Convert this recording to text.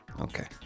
Okay